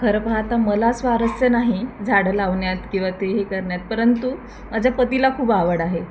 खरं पाहता मला स्वारस्य नाही झाडं लावण्यात किंवा ते हे करण्यात परंतु माझ्या पतीला खूप आवड आहे